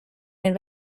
den